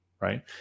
Right